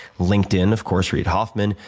linked in, of course, reid hoffman.